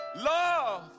love